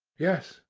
yes,